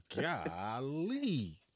golly